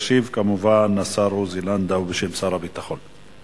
ישיב, כמובן, השר עוזי לנדאו בשם שר הביטחון.